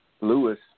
Lewis